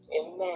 Amen